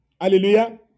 Hallelujah